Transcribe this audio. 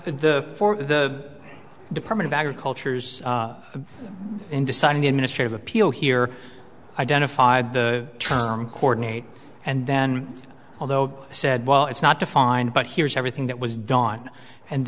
the the department of agriculture's in deciding the administrative appeal here identified the term coordinate and then although said well it's not defined but here's everything that was done and